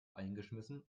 eingeschmissen